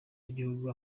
y’igihugu